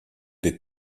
les